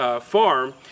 farm